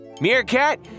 Meerkat